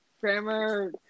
grammar